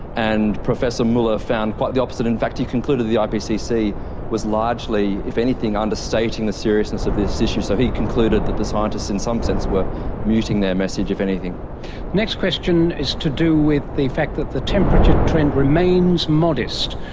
and professor muller found quite the opposite, in fact he concluded the ipcc was largely if anything understating the seriousness of this issue. so he concluded that the scientists in some sense were muting their message, if anything. the next question is to do with the fact that the temperature trend remains modest,